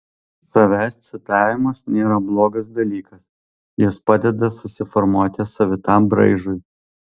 savęs citavimas nėra blogas dalykas jis padeda susiformuoti savitam braižui